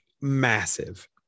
massive